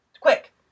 Quick